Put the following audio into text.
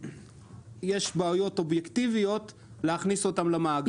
רק שיש בעיות אובייקטיביות להכניס אותם למאגר.